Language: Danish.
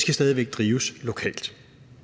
skal stadig væk drives lokalt.